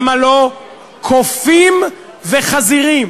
הם הלוא קופים וחזירים